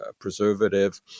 preservative